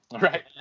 right